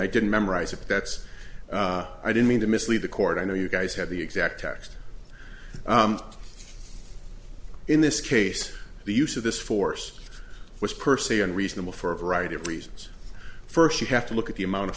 i didn't memorize it that's i didn't mean to mislead the court i know you guys have the exact text in this case the use of this force was per se unreasonable for a variety of reasons first you have to look at the amount of